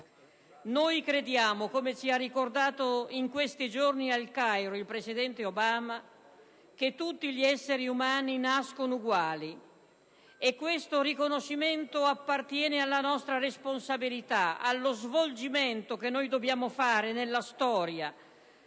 Noi crediamo, come ci ha ricordato in questi giorni al Cairo il presidente Obama, che tutti gli esseri umani nascono uguali. Questo riconoscimento appartiene alla nostra responsabilità, allo svolgimento che noi dobbiamo fare, nella storia